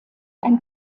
ein